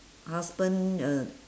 husband uh